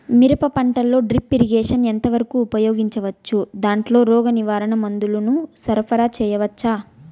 మిరప పంటలో drip irrigation ఎంత వరకు ఉపయోగించవచ్చు, దాంట్లో రోగ నివారణ మందుల ను సరఫరా చేయవచ్చా?